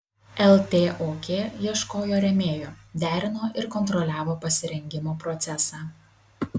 ltok ieškojo rėmėjų derino ir kontroliavo pasirengimo procesą